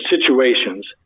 situations